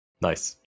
nice